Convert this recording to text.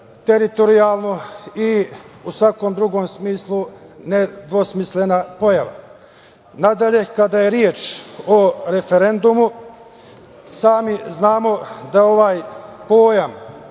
teritorijalno i u svakom drugom smislu nedvosmislena pojava. Nadalje, kada je reč o referendumu sami znamo da ovaj pojam